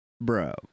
Bro